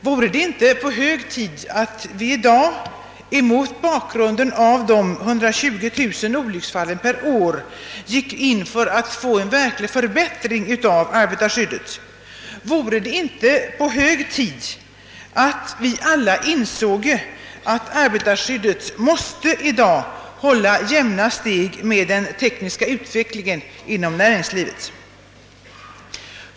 Vore det inte hög tid att i dag, mot bakgrunden av de 120 000 olycks fallen per år, gå in för en verklig för bättring av arbetarskyddet? Vore det inte hög tid att vi alla insåge att arbetarskyddet måste hålla jämna steg med den tekniska utvecklingen inom näringslivet?